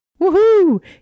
Woohoo